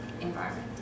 environment